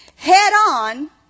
head-on